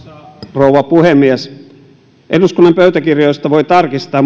rouva puhemies en tiedä eduskunnan pöytäkirjoista voi tarkistaa